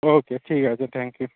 ওকে ঠিক আছে thank you